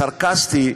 סרקסטי,